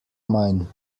mine